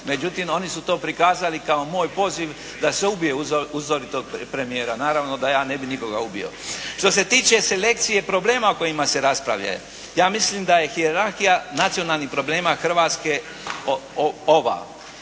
međutim oni su to prikazali kao moj poziv da se ubije uzoritog premijera. Naravno da ja ne bi nikoga ubio. Što se tiče selekcije problema o kojima se raspravlja ja mislim da je hijerarhija nacionalnih problema Hrvatske ova.